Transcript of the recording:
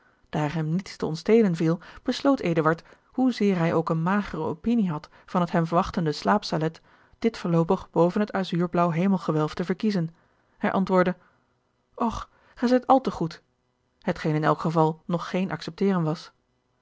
daar hem niets te ontstelen viel besloot eduard hoezeer hij ook eene magere opinie had van het hem wachtende slaapsalet dit voorloopig boven het azuurblaauw hemelgewelf te verkiezen hij antwoordde och gij zijt al te goed hetgeen in elk geval nog geen accepteren was